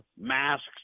masks